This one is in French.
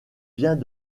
vient